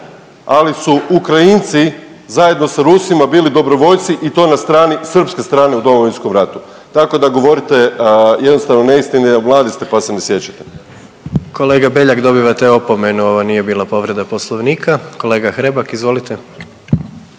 ali su Ukrajinci zajedno s Rusima bili dobrovoljci i to na strani, srpske strane u Domovinskom ratu, tako da govorite jednostavno neistine, mladi se pa se ne sjećate. **Jandroković, Gordan (HDZ)** Kolega Beljak, dobivate opomenu, ovo nije bila povreda Poslovnika. Kolega Hrebak, izvolite.